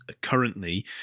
currently